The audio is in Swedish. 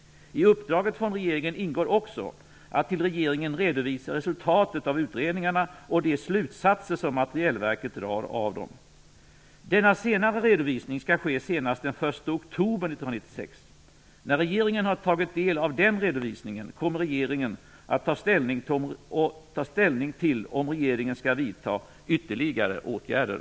I uppdraget från regeringen ingår också att till regeringen redovisa resultatet av utredningarna och de slutsatser som Materielverket drar av dem. Denna senare redovisning skall ske senast den 1 oktober 1996. När regeringen har tagit del av den redovisningen kommer regeringen att ta ställning till om den skall vidta ytterligare åtgärder.